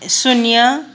शून्य